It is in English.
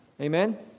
amen